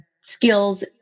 skills